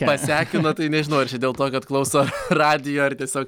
pasekino tai nežinau ar čia dėl to kad klauso radijo ar tiesiog